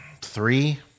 Three